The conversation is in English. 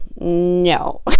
No